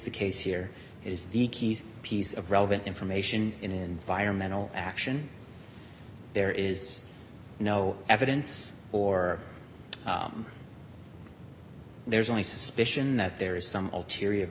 the case here is the key piece of relevant information in vire mental action there is no evidence or there's only suspicion that there is some ulterior